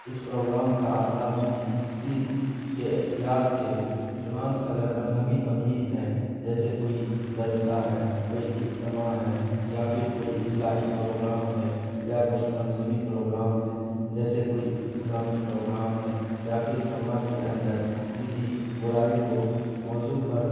اس programme کا آغاز بھی اسی کے اختیار سے ہو چنانچہ اگر مذہبی تقریب ہے جیسے کوئی جلسہ ہے کوئی اجتماع ہے یا پھر کوئی اصلاحی پروغرام ہے یا کوئی مذہبی پروگرام ہے جیسے کوئی اسلامی پروگرام ہے یا پھر سماج کے اندر کسی برائی کو موضوع پر